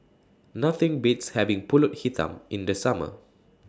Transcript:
Nothing Beats having Pulut Hitam in The Summer